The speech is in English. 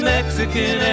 Mexican